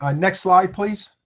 ah next slide, please.